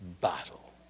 battle